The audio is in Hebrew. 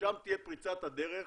ששם תהיה פריצת הדרך,